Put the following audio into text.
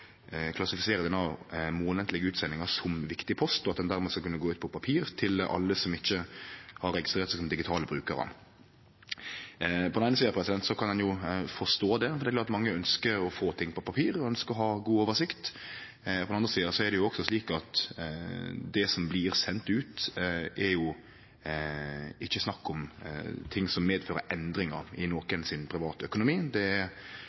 klassifisere den månadlege utsendinga som viktig post, og at ho dermed skal gå ut på papir til alle som ikkje har registrert seg som digitale brukarar. På den eine sida kan ein forstå det, for mange ønskjer å få ting på papir, og dei ønskjer å ha god oversikt. På den andre sida er det slik at det som blir sendt ut, ikkje er ting som medfører endringar i nokon sin private økonomi. Det er